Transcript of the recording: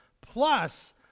plus